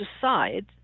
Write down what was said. decide